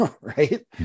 right